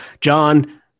John